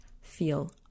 feel